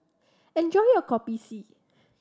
enjoy your Kopi C